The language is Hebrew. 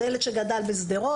זה ילד שגדל בשדרות,